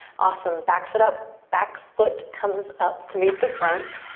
awesome. back foot up. back foot comes up to meet the front.